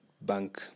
bank